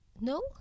No